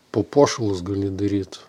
papuošalus gali daryt